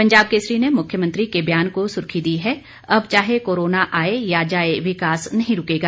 पंजाब केसरी ने मुख्यमंत्री के बयान को सुर्खी दी है अब चाहे कोरोना आए या जाए विकास नहीं रूकेगा